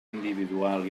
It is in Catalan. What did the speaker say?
individual